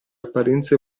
apparenze